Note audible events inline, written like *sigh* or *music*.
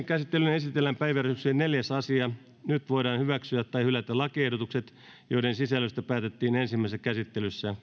*unintelligible* käsittelyyn esitellään päiväjärjestyksen neljäs asia nyt voidaan hyväksyä tai hylätä lakiehdotukset joiden sisällöstä päätettiin ensimmäisessä käsittelyssä